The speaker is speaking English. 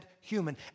human